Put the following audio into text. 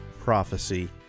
prophecy